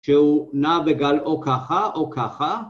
שהוא נע בגל או ככה או ככה